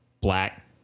black